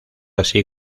así